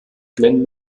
glenn